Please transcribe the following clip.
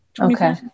okay